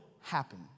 happen